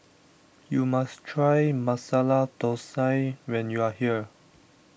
you must try Masala Thosai when you are here